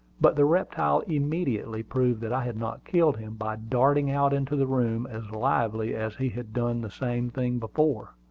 but the reptile immediately proved that i had not killed him by darting out into the room as lively as he had done the same thing before.